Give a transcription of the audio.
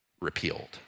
repealed